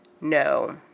No